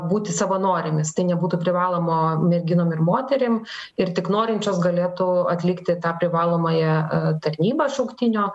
būti savanorėmis tai nebūtų privalomo merginom ir moterim ir tik norinčios galėtų atlikti tą privalomąją tarnybą šauktinio